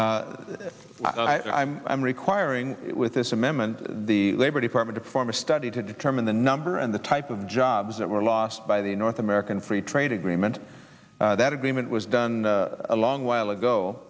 sponsor i'm requiring with this amendment the labor department to form a study to determine the number and the type of jobs that were lost by the north american free trade agreement that agreement was done a long while ago